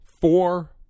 Four